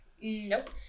Nope